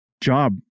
job